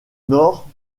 nord